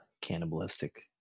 cannibalistic